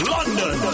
London